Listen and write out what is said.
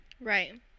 Right